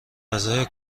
غذای